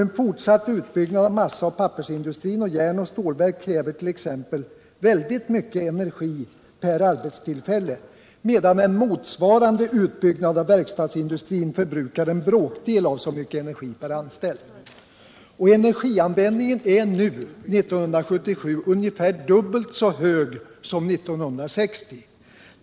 En fortsatt utbyggnad vattendrag i norra av massaoch pappersindustrin och av järnoch stålverk kräver t.ex. Svealand och väldigt mycket energi per arbetstillfälle, medan en motsvarande utbygg Norrland nad av verkstadsindustrin förbrukar en bråkdel av denna energi per anställd. Energianvändningen är nu, 1977, ungefär dubbelt så hög som 1960.